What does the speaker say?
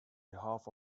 behalf